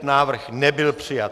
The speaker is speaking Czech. Návrh nebyl přijat.